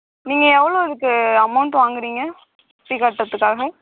நீங்கள் எவ்வளோ இதுக்கு அமௌண்ட் வாங்குறீங்க சுற்றிக் காட்டுறத்துக்காக